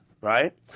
right